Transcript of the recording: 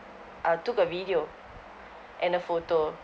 uh took a video and a photo